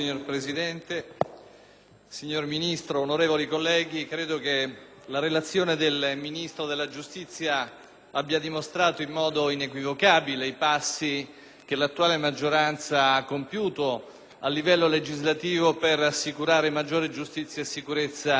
signor Ministro, onorevoli colleghi, credo che la relazione del Ministro della giustizia abbia dimostrato in modo inequivocabile i passi che l'attuale maggioranza ha compiuto a livello legislativo per assicurare maggiore giustizia e sicurezza nel nostro Paese.